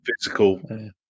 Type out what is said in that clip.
Physical